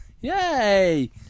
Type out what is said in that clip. Yay